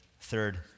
third